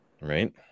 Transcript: Right